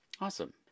Awesome